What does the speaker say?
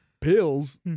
Pills